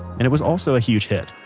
and it was also a huge hit.